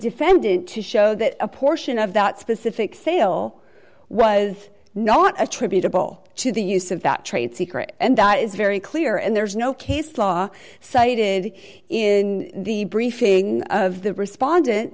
defendant to show that a portion of that specific sale was not attributable to the use of that trade secret and that is very clear and there's no case law cited in the briefing of the responde